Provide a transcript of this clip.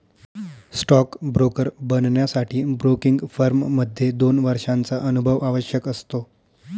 stock broker बनण्यासाठी broking firm मध्ये दोन वर्षांचा अनुभव आवश्यक असतो